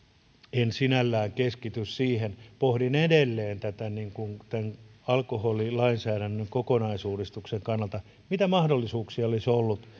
en sinällään keskity niihin pohdin edelleen tämän alkoholilainsäädännön kokonaisuudistuksen kannalta mitä mahdollisuuksia olisi ollut